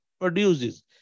produces